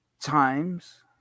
times